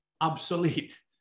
Obsolete